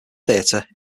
theatre